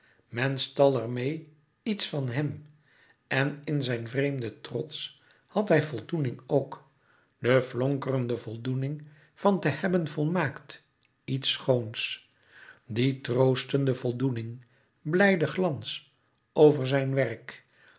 men stal er meê iets vàn hèm en in zijn vreemden trots had hij voldoening ook de flonkerende voldoening van te hebben volmaakt iets schoons die troostende voldoening blijde glans over zijn werk